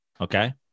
Okay